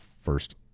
first